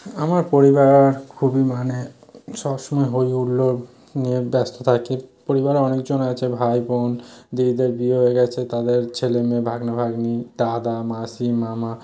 আমার পরিবার খুবই মানে সব সময় হই হুল্লোড় নিয়ে ব্যস্ত থাকে পরিবারে অনেকজন আছে ভাই বোন দিদিদের বিয়ে হয়ে গেছে তাদের ছেলে মেয়ে ভাগ্না ভাগ্নি দাদা মাসি মামা